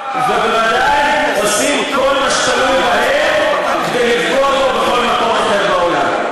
ובוודאי היו עושים כל מה שתלוי בהם כדי לפגוע בו בכל מקום אחר בעולם.